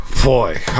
Boy